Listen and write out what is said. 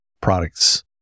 products